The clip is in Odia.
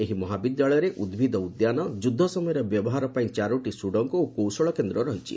ଏହି ମହାବିଦ୍ୟାଳୟରେ ଉଭିଦ ଉଦ୍ୟାନ ଯୁଦ୍ଧ ସମୟରେ ବ୍ୟବହାର ପାଇଁ ଚାରୋଟି ସୁଡ଼ଙ୍ଗ ଓ କୌଶଳ କେନ୍ଦ୍ର ରହିଛି